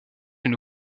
une